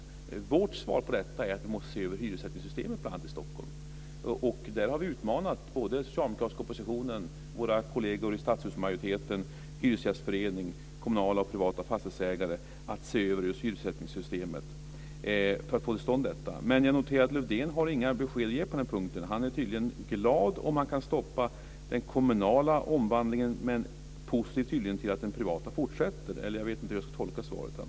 Vårt svar på detta är att vi måste se över hyressättningssystemet, bl.a. i Stockholm. Vi har uppmanat den socialdemokratiska oppositionen liksom våra kolleger i stadshusmajoriteten samt Hyresgästföreningen och kommunala och privata fastighetsägare att se över just hyressättningssystemet för att få till stånd vad som här nämnts. Jag noterar dock att Lars-Erik Lövdén inte har några besked att ge på den punkten. Tydligen är han glad om han kan stoppa den kommunala omvandlingen och positiv till att den privata omvandlingen fortsätter - jag vet inte hur svaret annars ska tolkas.